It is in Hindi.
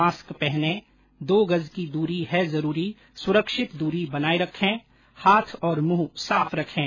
मास्क पहनें दो गज़ की दूरी है जरूरी सुरक्षित दूरी बनाए रखें हाथ और मुंह साफ रखें